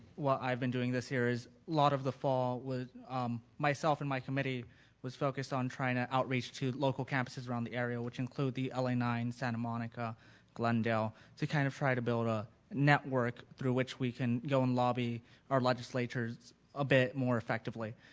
what i've been doing this year is lot of the fall would myself and my committee was focused on trying to outreach to local campuses around the area which include the la nine, santa monica, glendale to kind of try to build a network through which we can go and lobby our legislatures a bit more effectively.